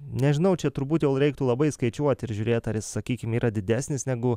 nežinau čia turbūt jau reiktų labai skaičiuoti ir žiūrėt ar sakykim yra didesnis negu